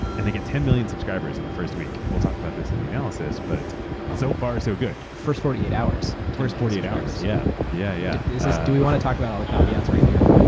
and they get ten million subscribers in the first week. weaeurll talk about this in the analysis, but so far so good. first forty eight hours. first forty eight hours. yeah. yeah yeah do we want to talk about the caveats right here?